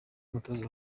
umutoza